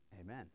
Amen